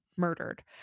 murdered